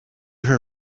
her